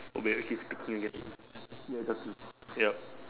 okay we have to keep speaking again yes have to yup